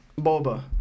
Boba